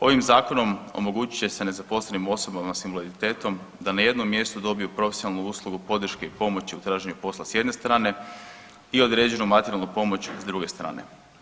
Ovim zakonom omogućit će se nezaposlenim osobama sa invaliditetom da na jednom mjestu dobiju profesionalnu usluge podrške i pomoći u traženju posla s jedne strane i određenu materijalnu pomoć s druge strane.